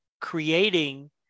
creating